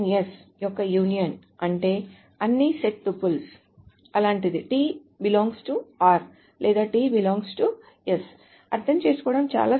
r ∪ s యొక్క union అంటే అన్ని సెట్ టుపుల్స్ అలాంటిది లేదా అర్థం చేసుకోవడం చాలా సులభం